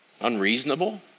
Unreasonable